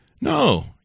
no